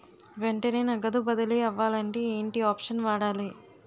వెంటనే నగదు బదిలీ అవ్వాలంటే ఏంటి ఆప్షన్ వాడాలి?